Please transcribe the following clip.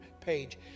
page